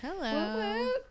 Hello